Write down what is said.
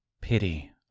pity